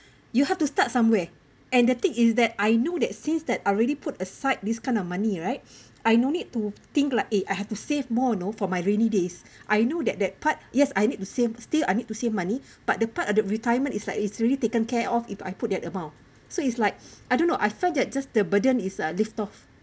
you have to start somewhere and the thing is that I know that since that I already put aside this kind of money right I no need to think like eh I have to save more you know for my rainy days I know that that part yes I need to save still I need to save money but the part of retirement is like it's really taken care of if I put that amount so it's like I don't know I fell that just the burden is a lift off